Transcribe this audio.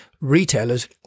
retailers